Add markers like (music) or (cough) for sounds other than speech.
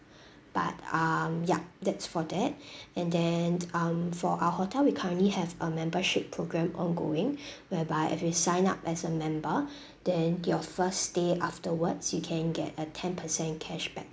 (breath) but um yup that's for that (breath) and then um for our hotel we currently have a membership program ongoing (breath) whereby if you sign up as a member (breath) then your first stay afterwards you can get a ten percent cashback